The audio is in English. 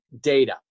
data